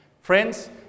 Friends